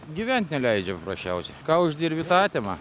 gyvent neleidžia prasčiausiai ką uždirbi tą atima